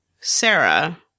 Sarah